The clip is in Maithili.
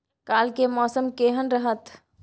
काल के मौसम केहन रहत?